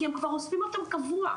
כי הם כבר אוספים אותם קבוע.